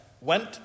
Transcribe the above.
went